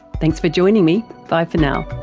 thanks for joining me. bye for now